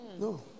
No